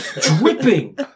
dripping